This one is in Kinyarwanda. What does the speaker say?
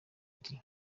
dee